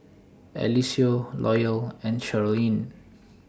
Eliseo Loyal and Charleen